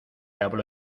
habló